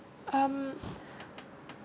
um